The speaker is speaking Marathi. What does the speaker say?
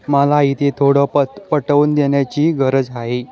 मला इथे थोडं पत पटवून देण्याची गरज आहे